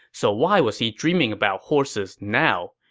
so why was he dreaming about horses now?